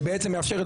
שבעצם מאפשרת,